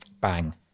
bang